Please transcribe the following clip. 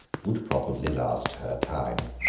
would probably last her time.